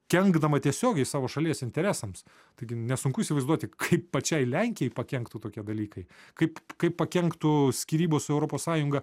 kenkdama tiesiogiai savo šalies interesams taigi nesunku įsivaizduoti kaip pačiai lenkijai pakenktų tokie dalykai kaip kaip pakenktų skyrybos su europos sąjunga